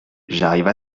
j’arrive